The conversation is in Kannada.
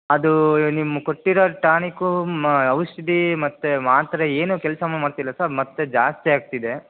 ಅದು ನಿಮ್ಮ ಕೊಟ್ಟಿರೋ ಟಾನಿಕು ಔಷಧಿ ಮತ್ತು ಮಾತ್ರೆ ಏನೂ ಕೆಲ್ಸ ಮಾಡ್ತಿಲ್ಲ ಸರ್ ಮತ್ತೆ ಜಾಸ್ತಿ ಆಗ್ತಿದೆ